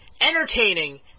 entertaining